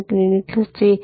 અને clinic C